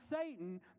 Satan